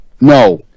No